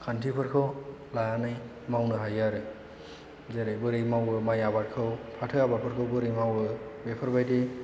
खान्थिफोरखौ लानानै मावनो हायो आरो जेरै बोरै मावो माइ आबादखौ फाथो आबादफोरखौ बोरै मावो बेफोरबायदि